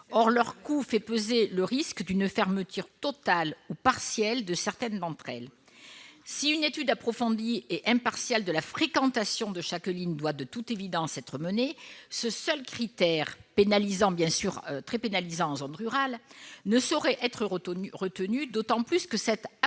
Or leur coût fait peser le risque d'une fermeture totale ou partielle de certaines d'entre elles. Si une étude approfondie et impartiale de la fréquentation de chaque ligne doit, de toute évidence, être menée, ce seul critère, bien sûr très pénalisant en zone rurale, ne saurait être retenu, d'autant plus que cette appréciation